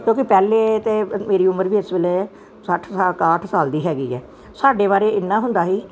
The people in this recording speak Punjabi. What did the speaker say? ਕਿਉਂਕਿ ਪਹਿਲੇ ਤੇ ਮੇਰੀ ਉਮਰ ਵੀ ਇਸ ਵੇਲੇ ਸੱਠ ਸਾਲ ਇਕਾਹਟ ਸਾਲ ਦੀ ਹੈਗੀ ਹੈ ਸਾਡੇ ਬਾਰੇ ਇੰਨਾ ਹੁੰਦਾ ਹੀ